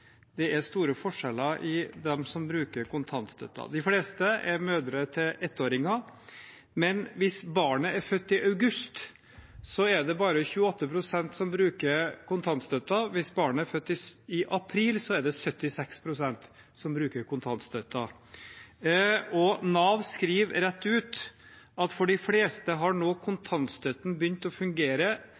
det er store forskjeller mellom dem som bruker kontantstøtte. De fleste er mødre til ettåringer, men hvis barnet er født i august, er det bare 28 pst. som bruker kontantstøtte. Hvis barnet er født i april, er det 76 pst. som bruker kontantstøtte. Nav skriver rett ut: «For de fleste har nå kontantstøtten begynt å fungere